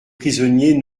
prisonniers